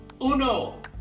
uno